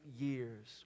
years